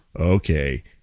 Okay